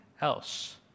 else